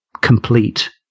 complete